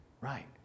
right